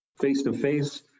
face-to-face